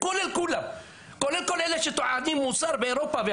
כולל כל אלה שמדברים על מוסר באירופה.